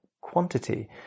quantity